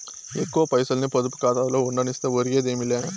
ఎక్కువ పైసల్ని పొదుపు కాతాలో ఉండనిస్తే ఒరిగేదేమీ లా